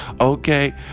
okay